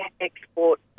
export